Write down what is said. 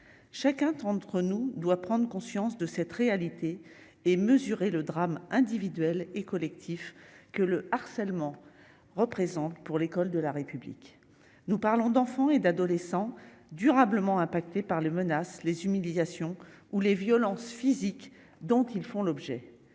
chacun d'entre nous doit prendre conscience de cette réalité et mesurer le drame individuel et collectif que le harcèlement représente pour l'école de la République, nous parlons d'enfants et d'adolescents durablement impactés par les menaces, les humiliations ou les violences physiques dont ils font l'objet